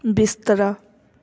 ਬਿਸਤਰਾ